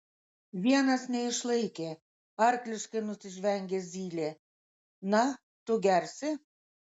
vienas neišlaikė arkliškai nusižvengė zylė na tu gersi